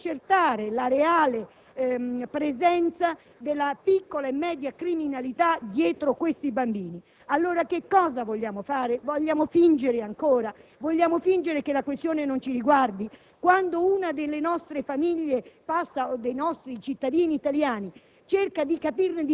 aiutare ad accertare la reale presenza della piccola e media criminalità dietro questi bambini. E allora, che cosa vogliamo fare: vogliamo fingere ancora, vogliamo fingere che la questione non ci riguardi? Quando una delle nostre famiglie o uno dei nostri cittadini italiani